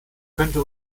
könnte